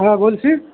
হ্যাঁ বলছি